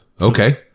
Okay